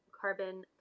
carbon